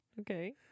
Okay